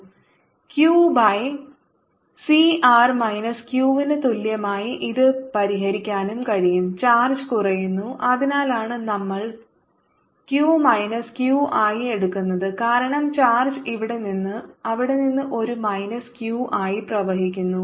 VIR VRI dQdt QCR Q by CR minus ക്യൂവിന് തുല്യമായി ഇത് പരിഹരിക്കാനും കഴിയും ചാർജ് കുറയുന്നു അതിനാലാണ് നമ്മൾ ക്യു മൈനസ് ക്യു ആയി എടുക്കുന്നത് കാരണം ചാർജ് ഇവിടെ നിന്ന് അവിടെ നിന്ന് ഒരു മൈനസ് ക്യു ആയി പ്രവഹിക്കുന്നു